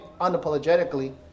unapologetically